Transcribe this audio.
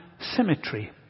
symmetry